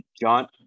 John